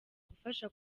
gufasha